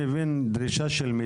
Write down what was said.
אם אנחנו מקבלים את תפיסת היסוד,